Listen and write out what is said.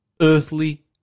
earthly